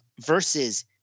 versus